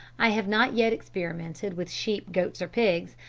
i have not yet experimented with sheep, goats, or pigs,